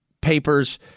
papers